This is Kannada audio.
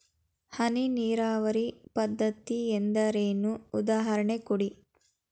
ಹನಿ ನೀರಾವರಿ ಪದ್ಧತಿ ಎಂದರೇನು, ಉದಾಹರಣೆ ಕೊಡಿ?